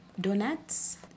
donuts